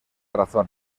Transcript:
razón